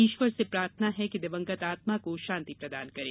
ईश्वर से प्रार्थना है कि दिवंगत आत्मा को शान्ति प्रदान करे